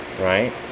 Right